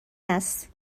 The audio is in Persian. است